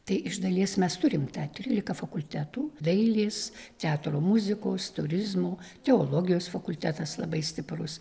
tai iš dalies mes turim tą trylika fakultetų dailės teatro muzikos turizmo teologijos fakultetas labai stiprus